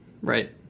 Right